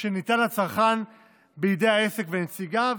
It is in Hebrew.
שניתן לצרכן בידי העסק ונציגיו